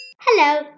Hello